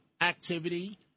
activity